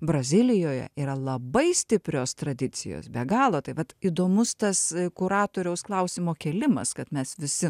brazilijoje yra labai stiprios tradicijos be galo taip vat įdomus tas kuratoriaus klausimo kėlimas kad mes visi